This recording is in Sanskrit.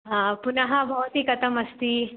ह पुनः भवती कथमस्ति